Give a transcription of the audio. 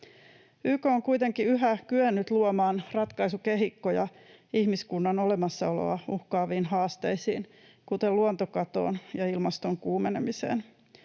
YK on kuitenkin yhä kyennyt luomaan ratkaisukehikkoja ihmiskunnan olemassaoloa uhkaaviin haasteisiin kuten luontokatoon ja ilmaston kuumenemiseen.